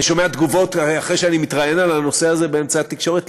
אני שומע תגובות אחרי שאני מתראיין על הנושא הזה באמצעי התקשורת,